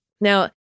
Now